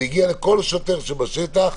זה הגיע לכל שוטר בשטח,